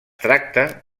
tracta